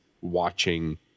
watching